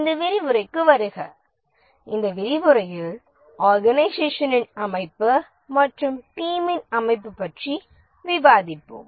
இந்த விரிவுரைக்கு வருக இந்த விரிவுரையில் ஆர்கனைசேஷனின் அமைப்பு மற்றும் டீமின் அமைப்பு பற்றி விவாதிப்போம்